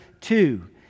two